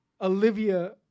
Olivia